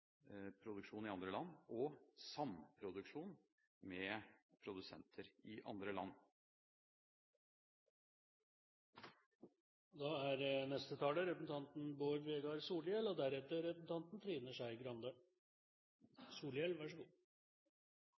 produksjon i andre land og samproduksjon med produsenter i andre land. Eg meiner nok det er